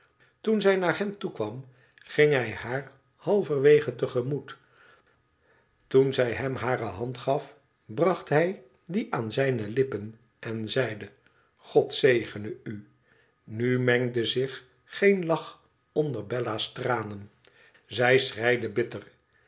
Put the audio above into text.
toen zij naar hem toekwam ging hij haar halverwege te gemoet toen zij hem hare hand gaf bracht hij die aan zijne lippen en zeide god zegene u nu mengde zich geen lach onder bella s tranen zij schreide bitter